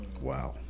Wow